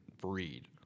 breed